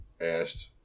asked